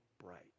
bright